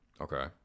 Okay